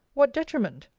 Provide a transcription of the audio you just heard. what detriment?